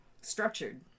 structured